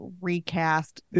recast